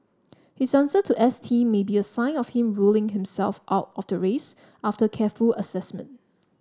his answer to S T may be a sign of him ruling himself out of the race after careful assessment